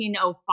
1905